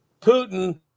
Putin